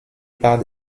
par